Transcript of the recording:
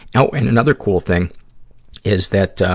oh, and another cool thing is that, ah,